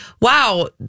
Wow